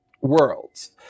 worlds